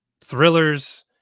thrillers